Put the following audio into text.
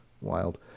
wild